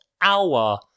hour